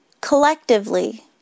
collectively